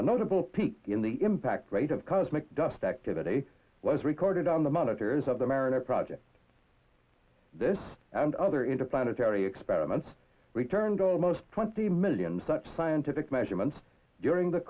a notable peak in the impact rate of cosmic dust activity was recorded on the monitors of the mariner project this and other interplanetary experiments returned almost twenty million such scientific measurements during the